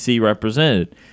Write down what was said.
represented